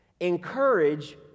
encourage